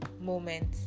moment